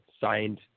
signed